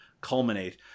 culminate